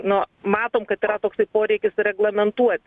nu matom kad yra toksai poreikis reglamentuot